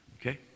okay